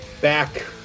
back